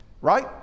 Right